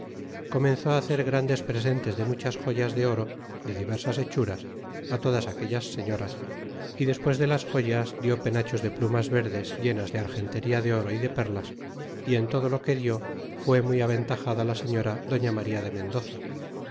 comenzó á hacer grandes presentes de muchas joyas de oro de diversas hechuras á todas aquellas señoras y despues de las joyas dió penachos de plumas verdes llenas de argentería de oro y de perlas y en todo lo que di fué muy aventajada la señora doña maría de mendoza